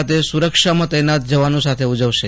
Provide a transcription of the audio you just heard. ખાતે સુરક્ષામાં તેનાત જવાનો સાથે ઉજવશે